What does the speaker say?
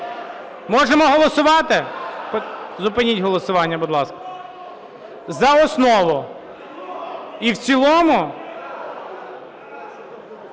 Можемо голосувати? Зупиніть голосування, будь ласка. За основу. І в цілому?